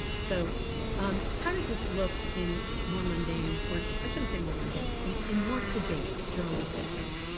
so um how does this look in more mundane or i shouldn't say more mundane in in more sedate journalistic terms?